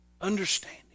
understanding